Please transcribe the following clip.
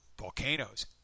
volcanoes